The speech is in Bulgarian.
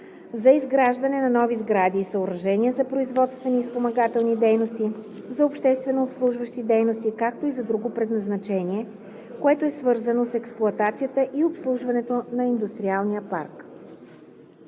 за изграждане на нови сгради и съоръжения за производствени и спомагателни дейности, за общественообслужващи дейности, както и за друго предназначение, което е свързано с експлоатацията и обслужването на индустриалния парк.“